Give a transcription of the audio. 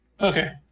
Okay